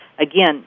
Again